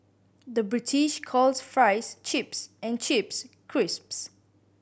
the British calls fries chips and chips crisps